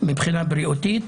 מבחינה בריאותית,